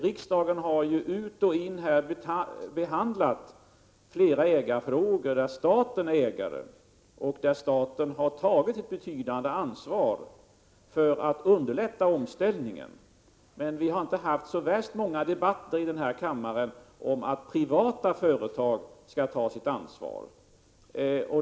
Riksdagen har ju ut och in behandlat flera ägarfrågor när det gäller företag där staten är ägare — och där staten har tagit ett betydande ansvar för att underlätta omställningen. Men vi har inte haft så värst många debatter i den här kammaren om att privata företag skall ta sitt ansvar.